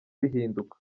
bihinduka